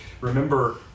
remember